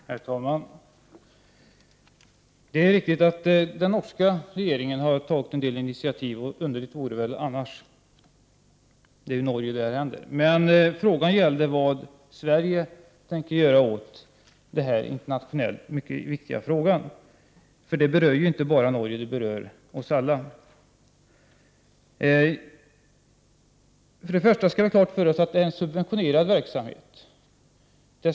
Herr talman! Det är riktigt att den norska regeringen har tagit en del initiativ, underligt vore det väl annars. Det är i Norge som det här händer. Men frågan är vad Sverige tänker göra internationellt i den här mycket viktiga frågan. Frågan berör ju inte bara Norge, den berör oss alla. Vi skall ha klart för oss att det här gäller en subventionerad verksamhet.